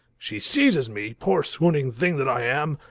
she seizes me, poor swooning thing that i am,